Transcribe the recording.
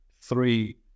three